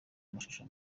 amashusho